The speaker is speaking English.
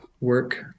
work